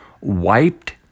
wiped